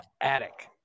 attic